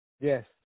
Yes